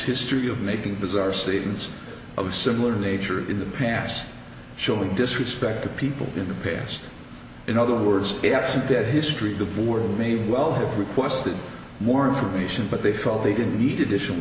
history of making bizarre statements of similar nature in the past showing disrespect to people in the past in other words absent that history the board may well have requested more information but they felt they didn't need additional